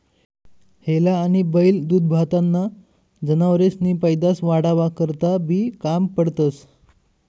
हेला आनी बैल दूधदूभताना जनावरेसनी पैदास वाढावा करता बी काम पडतंस